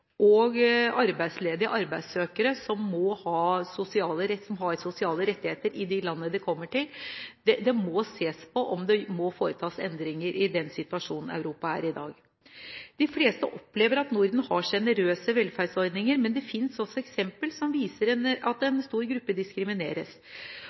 og arbeidsledige arbeidssøkere som har sosiale rettigheter i de landene de kommer til. Det må ses på om det må foretas endringer ut fra den situasjonen Europa i dag er i. De fleste opplever at Norden har generøse velferdsordninger, men det finnes også et eksempel som viser at en